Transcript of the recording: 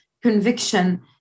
conviction